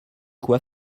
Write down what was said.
quoi